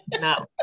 no